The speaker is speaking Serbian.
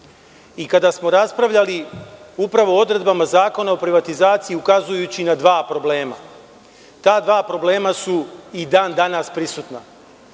kada smo raspravljali upravo o odredbama Zakona o privatizaciji ukazujući na dva problema. Ta dva problema su i dan danas prisutna.